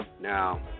Now